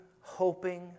hoping